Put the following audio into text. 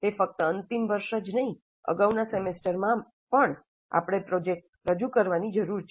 તે ફક્ત અંતિમ વર્ષ જ નથી અગાઉના સેમેસ્ટરમાં પણ આપણે પ્રોજેક્ટ્સ રજૂ કરવાની જરૂર છે